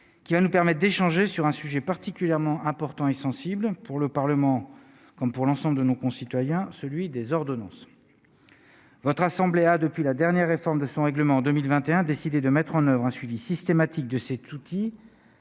qui va nous permettent d'échanger sur un sujet particulièrement important et sensible pour le Parlement, comme pour l'ensemble de nos concitoyens, celui des ordonnances votre assemblée a depuis la dernière réforme de son règlement 2021, décidé de mettre en oeuvre un suivi systématique de cet outil,